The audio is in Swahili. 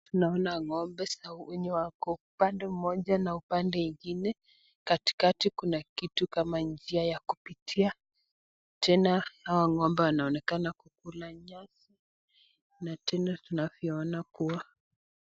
Tunaona ng'ombe za wenye wako upande mmoja na upande ingine katikati kuna kitu kama njia ya kupitia. Tena hawa ng'ombe wanaonekana kukula nyasi.